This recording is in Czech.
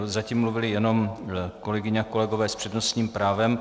Zatím mluvili jenom kolegyně a kolegové s přednostním právem.